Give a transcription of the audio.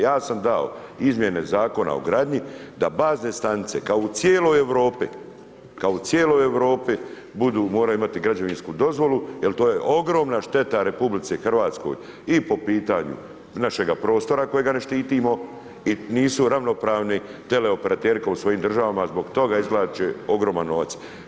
Ja sam dao izmjene Zakona o gradnji da bazne stanice kao u cijeloj Europi, kao cijeloj u Europi moraju imati građevinsku dozvolu jer to je ogromna šteta RH i po pitanju našega prostora kojega ne štitimo i nisu ravnopravni teleoperateri koji u svojim državama zbog toga izvlače ogroman novac.